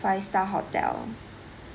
five star hotel